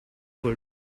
good